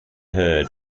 heard